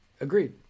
Agreed